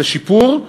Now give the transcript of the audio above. זה שיפור,